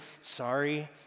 sorry